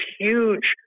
huge